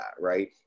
right